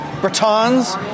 Britons